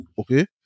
okay